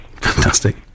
Fantastic